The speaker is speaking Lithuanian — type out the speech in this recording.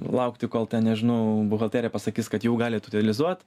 laukti kol ten nežinau buhalterija pasakys kad jau galit utilizuot